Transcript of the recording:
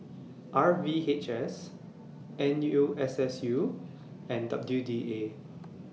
R V H S N U S S U and W D A